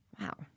Wow